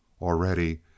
Already